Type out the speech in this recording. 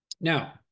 Now